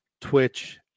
Twitch